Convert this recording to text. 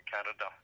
Canada